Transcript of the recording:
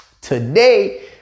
Today